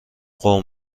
قوم